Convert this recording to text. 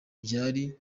byari